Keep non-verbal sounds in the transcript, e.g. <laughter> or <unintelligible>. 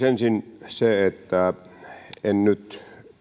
<unintelligible> ensin se että en nyt